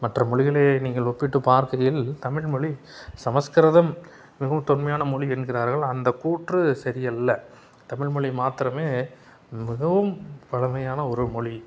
மற்ற மொழிகளை நீங்கள் ஒப்பிட்டு பார்க்கையில் தமிழ் மொழி சமஸ்கிரதம் மிகவும் தொன்மையான மொழி என்கிறார்கள் அந்த கூற்று சரியல்ல தமிழ் மொழி மாத்திரமே மிகவும் பழமையான ஒரு மொழி